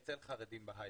אצל חרדים בהייטק.